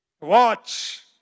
Watch